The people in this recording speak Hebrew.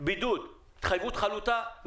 בידוד התחייבות חלוטה,